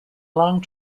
long